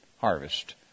harvest